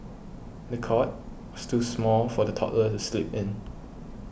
the cot was too small for the toddler to sleep in